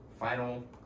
Final